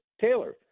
Taylor